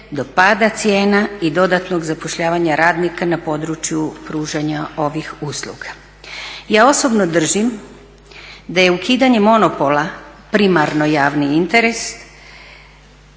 do pada cijena i dodatnog zapošljavanja radnika na području pružanja ovih usluga. Ja osobno držim da je ukidanje monopola primarno javni interes.